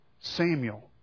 Samuel